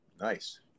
nice